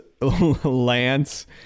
Lance